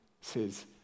says